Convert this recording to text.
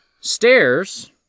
Stairs